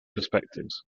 perspectives